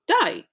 die